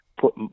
put